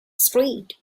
street